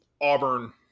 Auburn